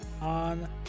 on